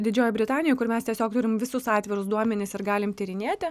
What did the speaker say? didžiojoj britanijoj kur mes tiesiog turim visus atvirus duomenis ir galim tyrinėti